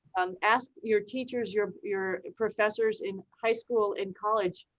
um ask your teachers, your your professors, in high school, in college,